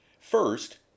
First